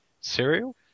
Cereal